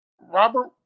Robert